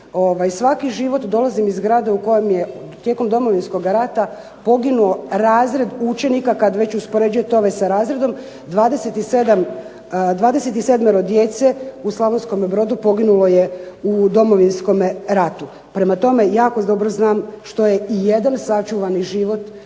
svaki život, dolazim iz grada u kojem je tijekom Domovinskoga rata poginuo razred učenika, kad već uspoređujete ove sa razredom, 27. djece u Slavonskome Brodu poginulo je u Domovinskome ratu. Prema tome, jako dobro znam što je i jedan sačuvani život,